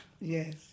yes